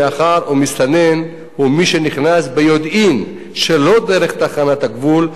מאחר שמסתנן הוא מי שנכנס ביודעין שלא דרך תחנת הגבול,